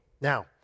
Now